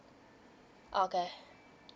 okay